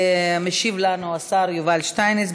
משיב לנו השר יובל שטייניץ.